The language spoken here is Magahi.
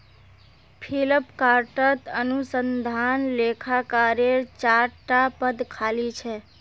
फ्लिपकार्टत अनुसंधान लेखाकारेर चार टा पद खाली छ